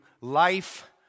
life